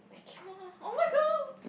he came out oh-my-god